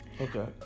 Okay